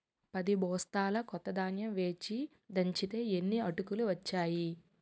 పదిబొస్తాల కొత్త ధాన్యం వేచి దంచితే యిన్ని అటుకులు ఒచ్చేయి